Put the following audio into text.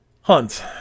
Hunt